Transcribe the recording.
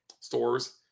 stores